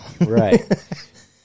Right